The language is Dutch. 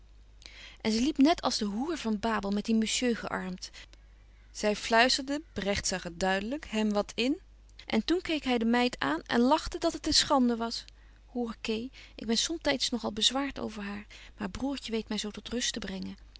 en ze liep net als de hoer van babel met dien monsieur gearmt zy luisterde bregt zag het duidelyk hem wat in en toen keek hy de meid aan en lachte dat het een schande was hoor kee ik ben somtyds nog al bezwaart over haar maar broertje weet my zo tot rust te brengen